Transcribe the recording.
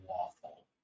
waffle